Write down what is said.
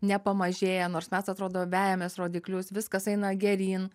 nepamažėja nors mes atrodo vejamės rodiklius viskas eina geryn